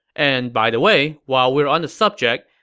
and by the way, while we're on the subject,